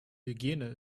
hygiene